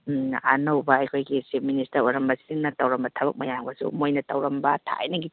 ꯑꯅꯧꯕ ꯑꯩꯈꯣꯏꯒꯤ chief minister ꯑꯣꯏꯔꯝꯕꯁꯤꯡꯅ ꯇꯧꯔꯝꯕ ꯊꯕꯛ ꯃꯌꯥꯝꯒꯁꯨ ꯃꯣꯏꯅ ꯇꯧꯔꯝꯕ ꯊꯥꯏꯅꯒꯤ